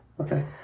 Okay